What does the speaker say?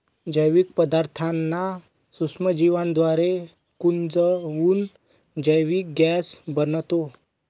जैविक पदार्थांना सूक्ष्मजीवांद्वारे कुजवून जैविक गॅस बनतो